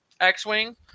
X-Wing